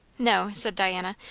no, said diana.